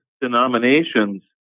denominations